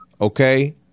Okay